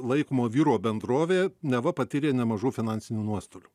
laikomo vyro bendrovė neva patyrė nemažų finansinių nuostolių